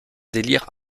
délire